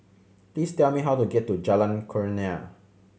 please tell me how to get to Jalan Kurnia